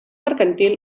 mercantil